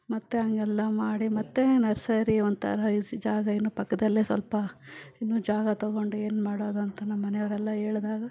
ಮತ್ತೆ ಎಲ್ಲ ಮಾಡಿ ಮತ್ತೆ ನರ್ಸರಿ ಒಂಥರ ಎ ಸಿ ಜಾಗ ಇನ್ನು ಪಕ್ಕದಲ್ಲೇ ಸ್ವಲ್ಪ ಇನ್ನೂ ಜಾಗ ತೊಗೊಂಡು ಏನು ಮಾಡೋದು ಅಂತ ನಮ್ಮನೆಯವರೆಲ್ಲ ಹೇಳ್ದಾಗ